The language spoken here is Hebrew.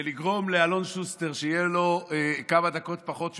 ולגרום לאלון שוסטר שיהיו לו כמה דקות פחות שהוא